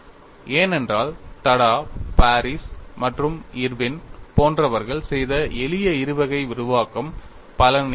ஏனென்றால் Tada Parris மற்றும் Irwin Tada Parris and Irwin போன்றவர்கள் செய்த எளிய இருவகை விரிவாக்கம் பலனளிக்கவில்லை